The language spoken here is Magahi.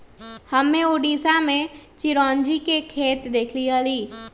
हम्मे उड़ीसा में चिरौंजी के खेत देखले हली